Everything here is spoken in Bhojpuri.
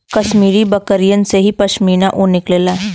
कश्मीरी बकरिन से ही पश्मीना ऊन निकलला